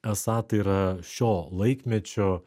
esą tai yra šio laikmečio